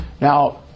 Now